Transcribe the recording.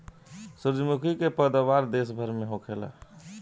सूरजमुखी के पैदावार देश भर में होखेला